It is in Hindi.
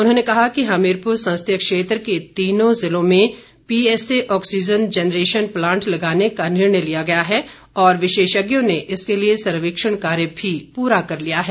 उन्होंने कहा कि हमीरपुर संसदीय क्षेत्र के तीन जिलों में पीएसए ऑक्सीजन जेनरेशन प्लांट लगाने का निर्णय लिया गया है और विशेषज्ञों ने इसके लिए सर्वेक्षण कार्य भी पूरा कर लिया है